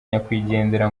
nyakwigendera